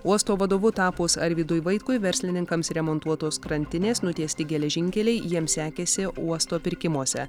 uosto vadovu tapus arvydui vaitkui verslininkams remontuotos krantinės nutiesti geležinkeliai jiems sekėsi uosto pirkimuose